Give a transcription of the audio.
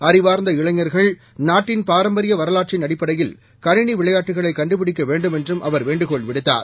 அறிவார்ந்தஇளைஞர்கள் நாட்டின்பாரம்பரியவரலாற்றின்அடிப்படையில்கணினிவி ளையாட்டுகளைகண்டுபிடிக்கவேண்டும்என்றும்அவர்வே ண்டுகோள்விடுத்தார்